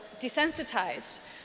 desensitized